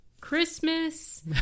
christmas